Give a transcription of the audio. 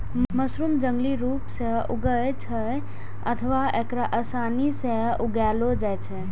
mushroom जंगली रूप सं उगै छै अथवा एकरा आसानी सं उगाएलो जाइ छै